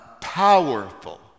powerful